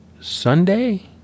Sunday